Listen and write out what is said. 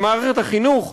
במערכת החינוך,